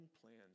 plans